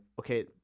okay